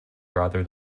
rather